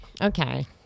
okay